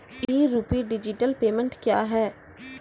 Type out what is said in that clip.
ई rupee digital payment क्या हैं?